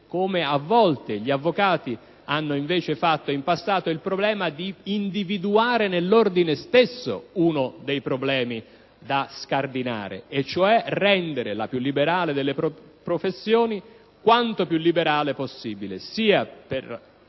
come a volte gli avvocati hanno fatto in passato, il problema di individuare nell'ordine stesso uno degli aspetti da scardinare per rendere la più liberale delle professioni quanto più liberale possibile, sia per